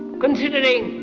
considering